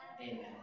Amen